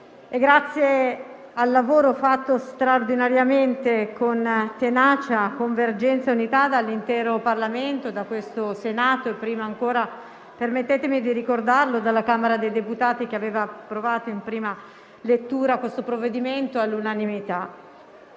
per lo straordinario lavoro svolto con tenacia, convergenza e unità dall'intero Parlamento, dal Senato e prima ancora - permettetemi di ricordarlo - dalla Camera dei deputati, che ha approvato in prima lettura questo provvedimento all'unanimità.